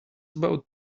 about